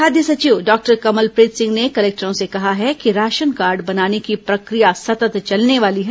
खाद्य सचिव डॉक्टर कमलप्रीत सिंह ने कलेक्टरों से कहा है कि राशन कार्ड बनाने की प्रक्रिया सतत चलने वाली है